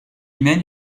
mène